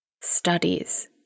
studies